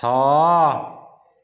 ଛଅ